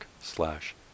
slash